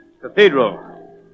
cathedral